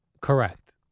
Correct